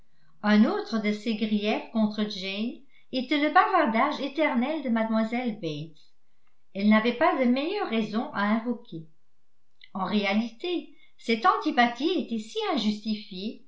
un autre de ses griefs contre jane était le bavardage éternel de mlle bates elle n'avait pas de meilleures raisons à invoquer en réalité cette antipathie était si injustifiée